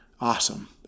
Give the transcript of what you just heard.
awesome